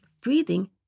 Breathing